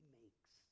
makes